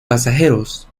pasajeros